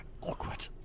Awkward